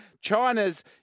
China's